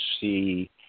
see